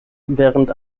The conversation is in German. während